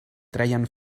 treien